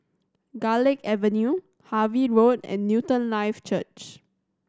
Garlick Avenue Harvey Road and Newton Life Church